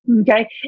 Okay